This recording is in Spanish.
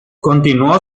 continuó